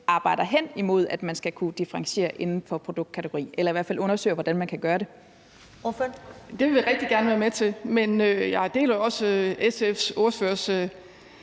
arbejder hen imod, at man skal kunne differentiere inden for produktkategori, eller i hvert fald undersøge, hvordan man kan gøre det. Kl. 13:06 Første næstformand (Karen Ellemann): Ordføreren.